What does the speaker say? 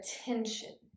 attention